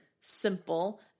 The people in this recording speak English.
simple